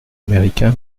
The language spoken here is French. américain